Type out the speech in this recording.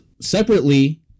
separately